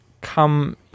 come